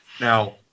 Now